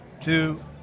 Two